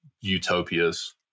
Utopias